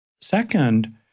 Second